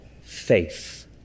faith